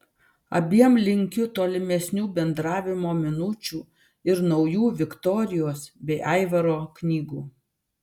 abiem linkiu tolimesnių bendravimo minučių ir naujų viktorijos bei aivaro knygų